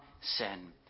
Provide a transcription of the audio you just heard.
sin